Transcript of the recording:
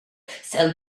sell